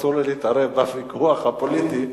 אסור לי להתווכח ויכוח פוליטי.